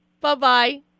Bye-bye